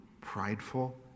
prideful